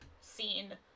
scene